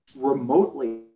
remotely